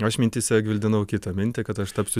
aš mintyse gvildenau kitą mintį kad aš tapsiu